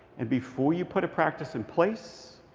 and before you put a practice in place,